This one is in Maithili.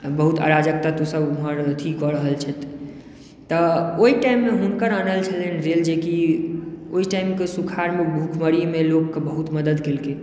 बहुत अराजकता तऽ सभ बहुत अथी कऽ रहल छथि तऽ ओहि टाइम मे हुनकर आनल छलै रेल जे की ओहि टाइम के सूखामे भूखमरीमे बहुत लोकके बहुत मदद केलखिन